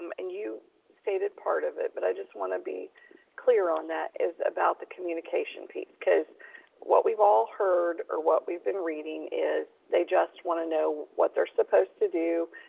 um and you stated part of it, but i just want to be clear on that is about the communication piece. cause what we've all heard or what we've been reading is they just want to know what they're supposed to do,